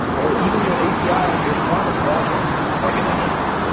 or even your api ah and your frontend project are going to live.